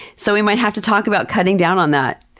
so, we might have to talk about cutting down on that.